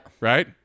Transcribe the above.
Right